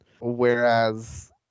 whereas